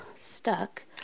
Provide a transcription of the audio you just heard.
stuck